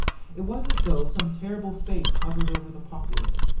it was as though some terrible fate hovered over the populace,